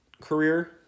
career